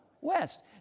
west